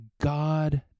God